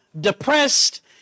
depressed